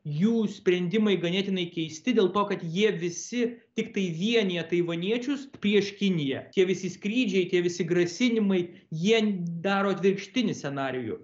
jų sprendimai ganėtinai keisti dėl to kad jie visi tiktai vienija taivaniečius prieš kiniją tie visi skrydžiai tie visi grasinimai jie daro atvirkštinį scenarijų